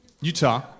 Utah